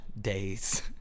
days